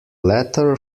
letter